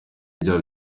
ibyaha